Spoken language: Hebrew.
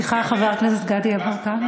סליחה, חבר הכנסת גדי יברקן.